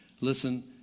Listen